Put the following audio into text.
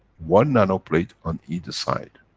one nano plate, on either side.